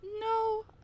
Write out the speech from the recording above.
No